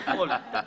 הכול.